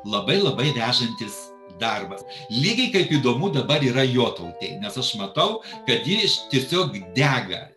labai labai vežantis darbas lygiai kaip įdomu dabar yra jotautei nes aš matau kad ji tiesiog dega